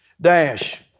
dash